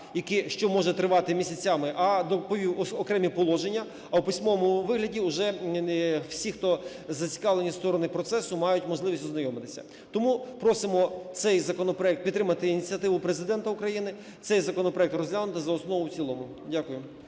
що може тривати місяцями, а доповів окремі положення, а у письмовому вигляді вже всі, хто зацікавлені сторони процесу, мають можливість ознайомитися. Тому просимо цей законопроект підтримати ініціативу Президента України, цей законопроект розглянути за основу і в цілому. Дякую.